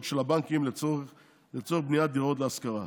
של הבנקים לצורך בניית דירות להשכרה.